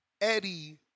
Eddie